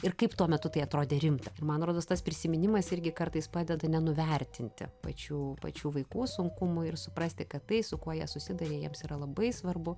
ir kaip tuo metu tai atrodė rimta ir man rodos tas prisiminimas irgi kartais padeda nenuvertinti pačių pačių vaikų sunkumų ir suprasti kad tai su kuo jie susiduria jiems yra labai svarbu